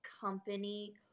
company